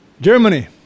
Germany